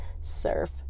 surf